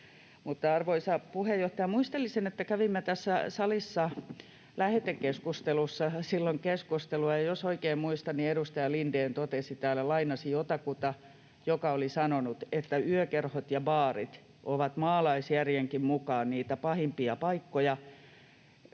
arvoisa puheenjohtaja, muistelisin, että kävimme tässä salissa silloin lähetekeskustelussa keskustelua, ja jos oikein muistan, niin edustaja Lindén totesi täällä — lainasi jotakuta, joka oli näin sanonut — että yökerhot ja baarit ovat maalaisjärjenkin mukaan niitä pahimpia paikkoja,